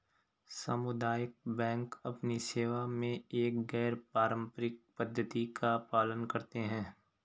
सामुदायिक बैंक अपनी सेवा में एक गैर पारंपरिक पद्धति का पालन करते हैं